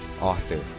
author